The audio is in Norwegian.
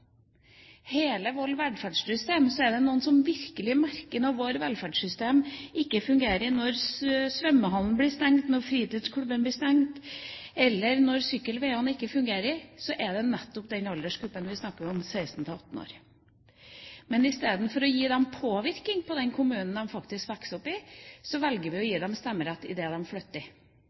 hele vårt velferdssystem er det de som virkelig merker det når vårt velferdssystem ikke fungerer. Når svømmehallen blir stengt, når fritidsklubben blir stengt, eller når sykkelveiene ikke fungerer, gjelder det nettopp den aldersgruppen vi snakker om, 16–18 år. I stedet for å gi dem påvirkning i den kommunen de faktisk vokser opp i, velger vi å gi dem stemmerett idet de flytter. I dag er det